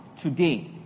today